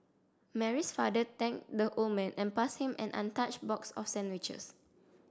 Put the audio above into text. Mary's father thanked the old man and passed him an untouched box of sandwiches